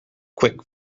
quick